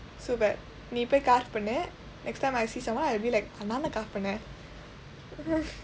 so bad நீ போய்:nii pooy carve பன்னு:pannu next time I see someone I will be like நான் தான்:naan thaan carve பன்னேன்:panneen